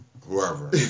whoever